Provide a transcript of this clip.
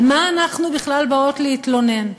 על מה אנחנו בכלל באות להתלונן?